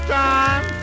time